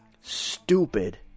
stupid